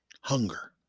hunger